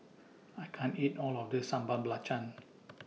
I can't eat All of This Sambal Belacan